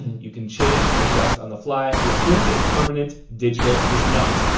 you can change and adjust on the fly. yeah print is permanent, digital is not.